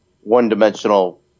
one-dimensional